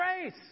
grace